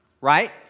Right